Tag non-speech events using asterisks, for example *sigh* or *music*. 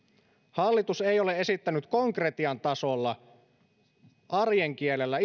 hallitus ei ole esittänyt konkretian tasolla arjen kielellä *unintelligible*